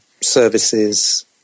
services